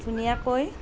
ধুনীয়াকৈ